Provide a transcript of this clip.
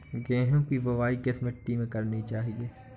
गेहूँ की बुवाई किस मिट्टी में करनी चाहिए?